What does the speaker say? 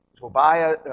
Tobiah